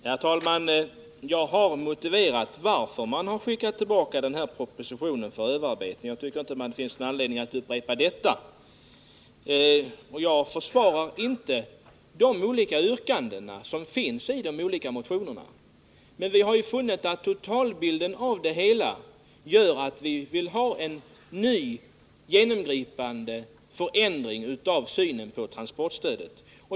Herr talman! Jag har motiverat varför vi vill skicka tillbaka den här propositionen för överarbetning. Jag tycker inte det finns anledning upprepa det. Jag försvarar inte alla yrkanden i de olika motionerna. Men den totalbild motionerna ger gör att vi vill ha en ny, genomgripande syn på transportstödet.